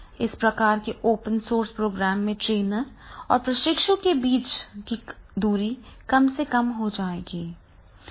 इस प्रकार के ओपन सोर्स प्रोग्राम में ट्रेनर और प्रशिक्षु के बीच की दूरी कम से कम हो जाएगी